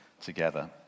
together